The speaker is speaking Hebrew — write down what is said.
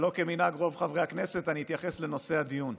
שלח את הילדים שלך לצבא ואז תטיף לי מוסר, חוצפן.